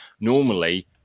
Normally